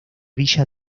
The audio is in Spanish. villa